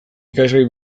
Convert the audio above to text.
ikasgai